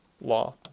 law